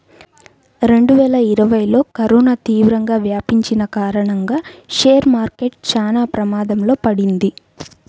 రెండువేల ఇరవైలో కరోనా తీవ్రంగా వ్యాపించిన కారణంగా షేర్ మార్కెట్ చానా ప్రమాదంలో పడింది